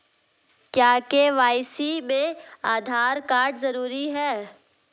क्या के.वाई.सी में आधार कार्ड जरूरी है?